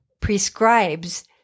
prescribes